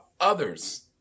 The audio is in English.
others